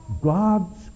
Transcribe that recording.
God's